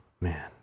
Man